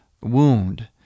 wound